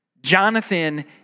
Jonathan